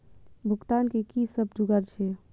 भुगतान के कि सब जुगार छे?